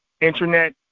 Internet